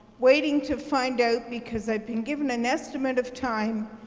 waiting to find out because i've been given an estimate of time,